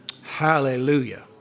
Hallelujah